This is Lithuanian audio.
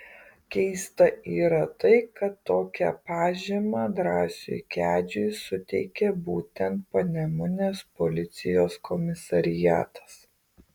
keista yra tai kad tokią pažymą drąsiui kedžiui suteikė būtent panemunės policijos komisariatas